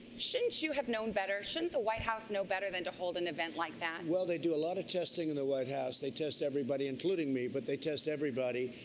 shouldn't you have known better, shouldn't the white house know better than to hold an event like that? well, they do a lot of testing in the white house. they test everybody including me but they test everybody.